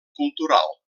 cultural